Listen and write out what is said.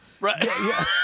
Right